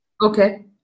Okay